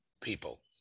people